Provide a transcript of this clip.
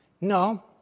No